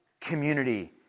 community